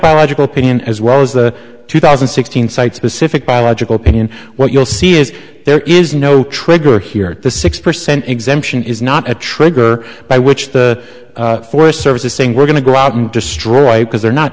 biological opinion as well as the two thousand and sixteen site specific biological opinion what you'll see is there is no trigger here at the six percent exemption is not a trigger by which the forest service is saying we're going to go out and destroy because they're not